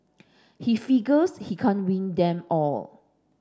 he figures he can't win them all